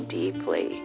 deeply